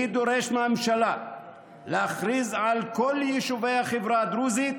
אני דורש מהממשלה להכריז על כל יישובי החברה הדרוזית